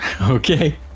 Okay